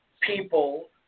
people